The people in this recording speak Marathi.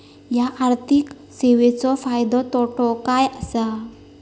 हया आर्थिक सेवेंचो फायदो तोटो काय आसा?